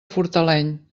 fortaleny